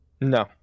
No